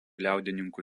liaudininkų